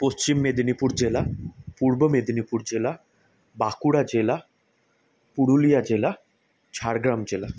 পশ্চিম মেদিনীপুর জেলা পূর্ব মেদিনীপুর জেলা বাঁকুড়া জেলা পুরুলিয়া জেলা ঝাড়গ্রাম জেলা